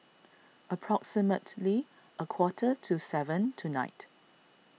approximately a quarter to seven tonight